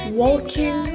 walking